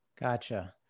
Gotcha